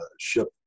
ship